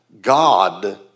God